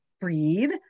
breathe